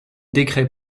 décrets